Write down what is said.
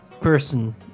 person